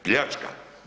Pljačka.